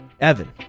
Evan